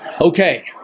Okay